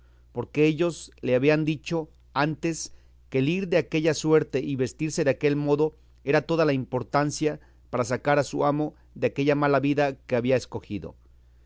porque ellos le habían dicho antes que el ir de aquella suerte y vestirse de aquel modo era toda la importancia para sacar a su amo de aquella mala vida que había escogido